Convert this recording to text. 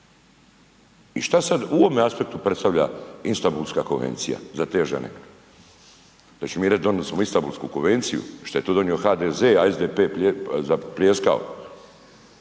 I šta sad u ovome aspektu predstavlja Istanbulska konvencija za te žene? Da ćemo mi reć donili smo Istanbulsku konvenciju, šta je to donio HDZ, a SDP zapljeskao.